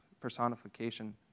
personification